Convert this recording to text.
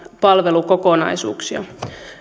palvelukokonaisuuksia